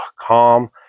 calm